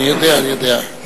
אני יודע, אני יודע.